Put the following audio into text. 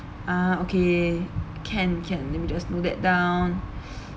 ah okay can can let me just note that down